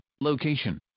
location